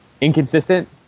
inconsistent